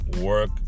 work